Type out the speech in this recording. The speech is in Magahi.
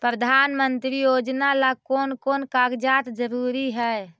प्रधानमंत्री योजना ला कोन कोन कागजात जरूरी है?